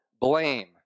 blame